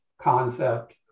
concept